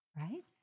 Right